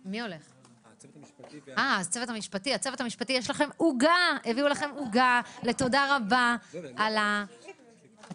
13:37.